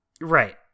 Right